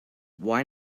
why